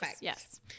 Yes